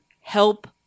help